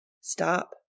Stop